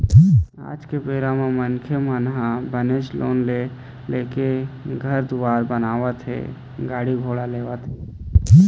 आज के बेरा म मनखे मन ह बनेच लोन ले लेके घर दुवार बनावत हे गाड़ी घोड़ा लेवत हें